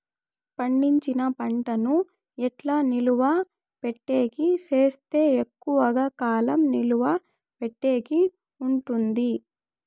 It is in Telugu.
పండించిన పంట ను ఎట్లా నిలువ పెట్టేకి సేస్తే ఎక్కువగా కాలం నిలువ పెట్టేకి ఉంటుంది?